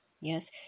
Yes